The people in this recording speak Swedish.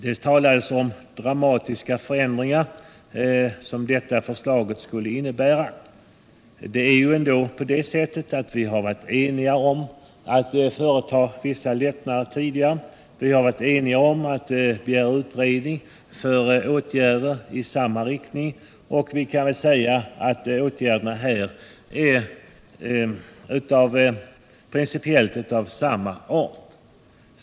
Han talade om ”dramatiska förändringar” som regeringens förslag skulle innebära. Det är ju ändå på det sättet att vi tidigare har varit eniga om att företa vissa lättnader. Vi har varit eniga om att begära utredning syftande till åtgärder i samma riktning. De åtgärder som regeringen nu föreslår är principiellt av samma art.